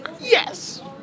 yes